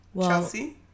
Chelsea